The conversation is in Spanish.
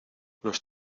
los